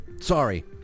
sorry